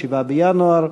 ב-7 בינואר.